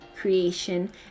creation